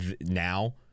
now